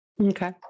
Okay